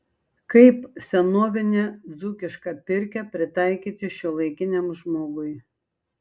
kaip senovinę dzūkišką pirkią pritaikyti šiuolaikiniam žmogui